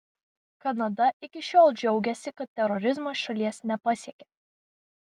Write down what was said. kanada iki šiol džiaugėsi kad terorizmas šalies nepasiekia